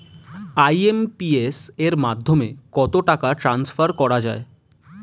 IMPS এর মাধ্যমে কত টাকা ট্রান্সফার করা যায়?